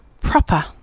proper